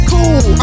Cool